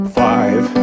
five